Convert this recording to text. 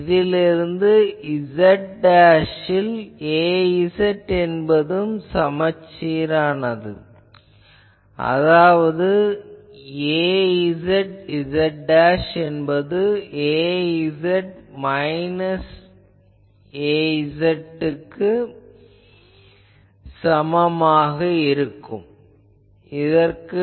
இதிலிருந்து z ல் Az என்பதும் சமச்சீரானது அதாவது Azz என்பது Az z க்குச் சமம்